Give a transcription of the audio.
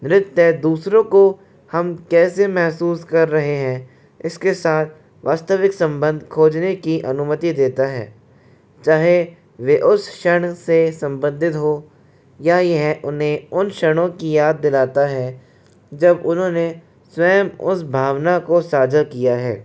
नृत्य है दूसरों को हम कैसे महसूस कर रहे हैं इसके साथ वास्तविक संबंध को खोजने की अनुमति देता है चाहे वे उस क्षण से संबंधित हो या ये उन्हें उन क्षणों की याद दिलाता है जब उन्होंने स्वयं उस भावना को साझा किया है